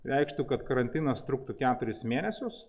reikštų kad karantinas truktų keturis mėnesius